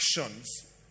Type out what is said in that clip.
actions